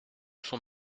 sont